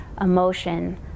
emotion